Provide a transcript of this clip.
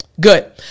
Good